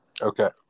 Okay